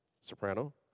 soprano